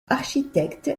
architecte